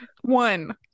One